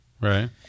right